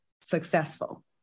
successful